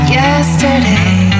yesterday